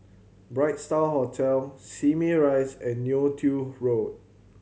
Bright Star Hotel Simei Rise and Neo Tiew Road